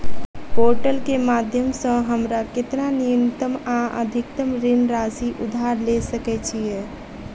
Portal केँ माध्यम सऽ हमरा केतना न्यूनतम आ अधिकतम ऋण राशि उधार ले सकै छीयै?